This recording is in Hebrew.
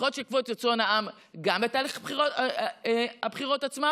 שהבחירות ישקפו את רצון העם גם בתהליך הבחירות עצמן